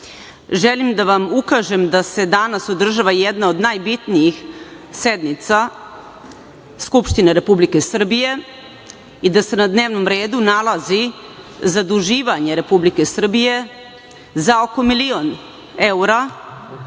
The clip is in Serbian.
želim da vam ukažem da se danas održava jedna od najbitnijih sednica Skupštine Republike Srbije i da se na dnevnom redu nalazi zaduživanje Republike Srbije za oko milijardu